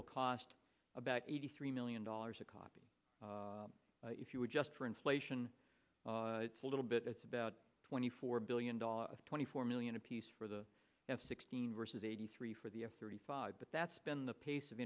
will cost about eighty three million dollars a copy if you adjust for inflation it's a little bit it's about twenty four billion dollars twenty four million a piece for the f sixteen versus eighty three for the f thirty five but that's been the pace of